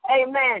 amen